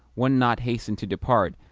one not hasten to depart,